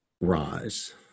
rise